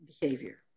behavior